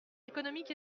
économique